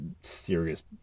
serious